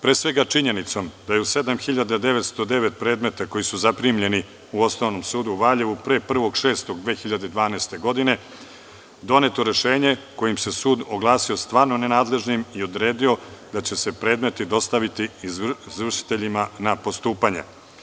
Pre svega u činjenici da je u 7.909 predmeta, koji su zaprimljeni u Osnovnom sudu u Valjevu pre 1. juna 2012. godine, doneto rešenje kojim se sud oglasio stvarno nenadležnim i odredio da će se predmeti dostaviti izvršiteljima na postupanje.